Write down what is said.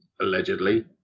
Allegedly